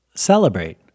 Celebrate